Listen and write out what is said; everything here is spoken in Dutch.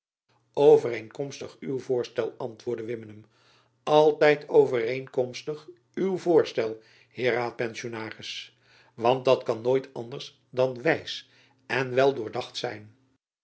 overeenkomstig uw voorstel antwoordde wimmenum altijd overeenkomstig uw voorstel heer raadpensionaris want dat kan nooit anders dan wijs en weldoordacht zijn